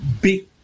big